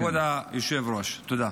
כבוד היושב-ראש, תודה.